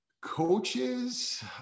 Coaches